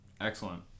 excellent